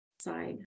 side